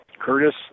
Curtis